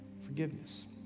forgiveness